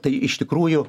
tai iš tikrųjų